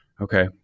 Okay